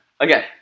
Okay